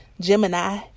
Gemini